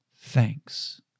thanks